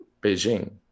Beijing